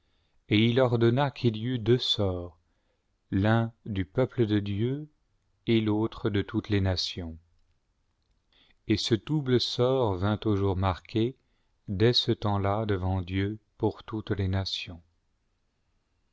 et il ordonna qu'il y eût deux sorts l'un du peuple de dieu et l'autre de toutes les nations et ce double sort vint au jour marqué dès ce temps-là devant dieu pour toutes les nations